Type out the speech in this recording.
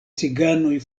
ciganoj